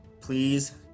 please